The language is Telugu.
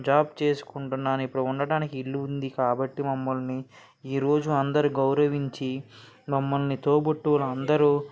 జాబ్ చేసుకుంటున్నాను ఇప్పుడు ఉండటానికి ఇల్లు ఉంది కాబట్టి మమ్మల్ని ఈరోజు అందరు గౌరవించి మమ్మల్ని తోబుట్టువు అందరూ